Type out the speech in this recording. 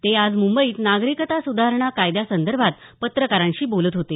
ते आज मुंबईत नागरिकता सुधारणा कायद्यासंदर्भात पत्रकारांशी बोलत होते